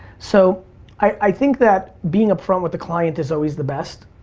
so i think that being up front with the client is always the best.